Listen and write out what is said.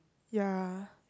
ya